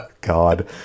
God